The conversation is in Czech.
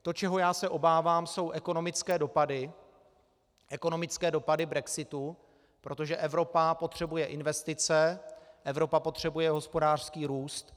To, čeho já se obávám, jsou ekonomické dopady brexitu, protože Evropa potřebuje investice, Evropa potřebuje hospodářský růst.